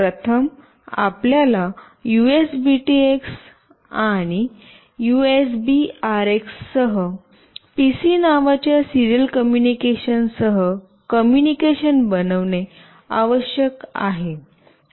प्रथम आपल्याला यूएसबीटीएक्स आणि यूएसबीआरएक्स सह पीसी नावाच्या सिरीयल कम्युनिकेशन सह कम्युनिकेशन बनविणे आवश्यक आहे